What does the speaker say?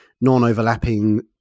non-overlapping